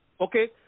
Okay